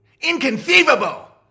Inconceivable